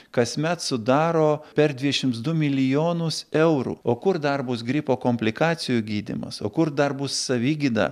kasmet sudaro per dvidešimt du milijonus eurų o kur dar bus gripo komplikacijų gydymas o kur dar bus savigyda